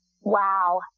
Wow